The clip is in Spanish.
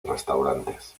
restaurantes